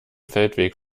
feldweg